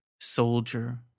Soldier